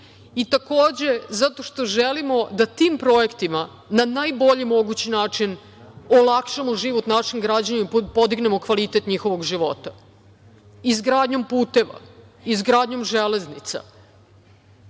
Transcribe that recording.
i takođe zato što želimo da tim projektima na najbolji mogući način olakšamo život našim građanima i podignemo kvalitet njihovog života, izgradnjom puteva, izgradnjom železnica. Nadam